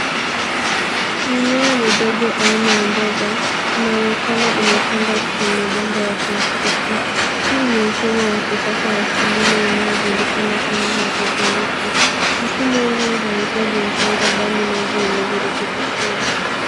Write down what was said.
Mimea midogo aina ya mboga inaonekana imepandwa kwenye bomba la plastiki. Huu ni mfumo wa kisasa wa kilimo unaojulikana kama haidroponiki. Mfumo huu hauhitaji mchanga mbali maji yenye virutubisho.